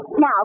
Now